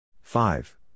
Five